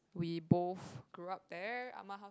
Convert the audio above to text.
we both grew up there Ah-Ma house